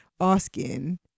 Asking